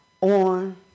on